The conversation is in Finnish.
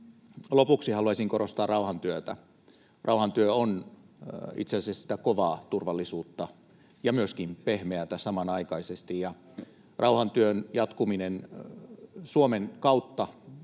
lopuksi haluaisin korostaa rauhantyötä. Rauhantyö on itse asiassa sitä kovaa turvallisuutta ja myöskin pehmeätä samanaikaisesti. Rauhantyön jatkuminen Suomen kautta